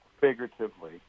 figuratively